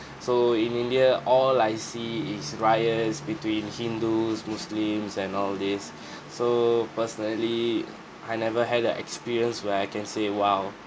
so in india all I see is riots between hindus muslims and all this so personally I never had a experience where I can say !wow!